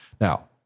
Now